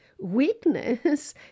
Weakness